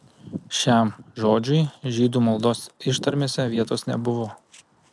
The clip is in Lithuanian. šiam žodžiui žydų maldos ištarmėse vietos nebuvo